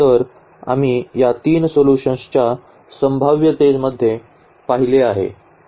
तर आम्ही या 3 सोल्यूशन्सच्या संभाव्यतेमध्ये पाहिले आहे